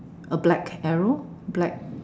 a black arrow black